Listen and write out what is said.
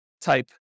type